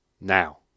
Now